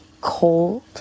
cold